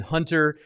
Hunter